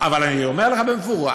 אבל אני אומר לך במפורש